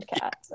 cat